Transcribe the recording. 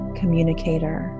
communicator